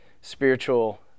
spiritual